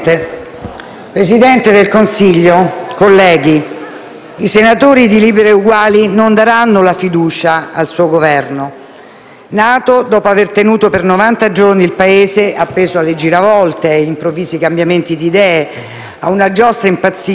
Presidente del Consiglio, colleghi, i senatori di Liberi e Uguali non daranno la fiducia al suo Governo, nato dopo aver tenuto per novanta giorni il Paese appeso a giravolte, a improvvisi cambiamenti di idee, a una giostra impazzita,